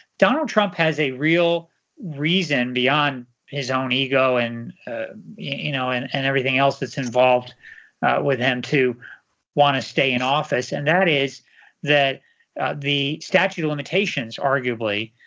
donald trump has a real reason, beyond his own ego ah you know and and everything else that's involved with him, to want to stay in office and that is that the statute of limitations, arguably,